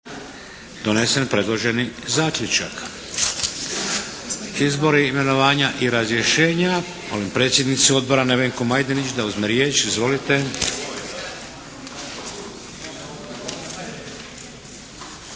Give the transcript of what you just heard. **Šeks, Vladimir (HDZ)** Izbori, imenovanja i razrješenja. Molim predsjednicu odbora Nevenku Majdenić da uzme riječ. Izvolite.